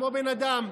כמו בן אדם.